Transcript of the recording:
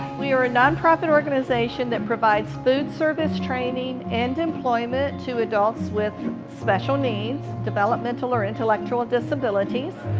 we are a nonprofit organization that provides food service training and employment to adults with special needs, development to learn intellectual disabilities.